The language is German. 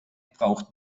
braucht